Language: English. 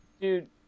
dude